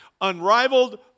Unrivaled